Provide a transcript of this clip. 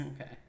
Okay